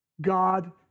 God